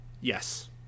Yes